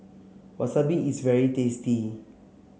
Wasabi is very tasty